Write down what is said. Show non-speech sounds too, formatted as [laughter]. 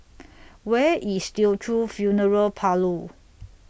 [noise] Where IS Teochew Funeral Parlour